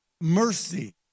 mercy